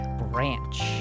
branch